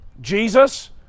Jesus